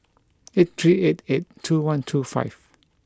eight three eight eight two one two five